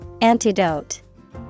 Antidote